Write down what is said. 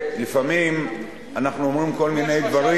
לפעמים אנחנו אומרים כל מיני דברים,